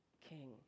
king